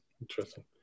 interesting